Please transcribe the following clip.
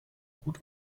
gut